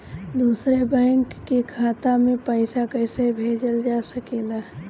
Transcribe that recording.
दूसरे बैंक के खाता में पइसा कइसे भेजल जा सके ला?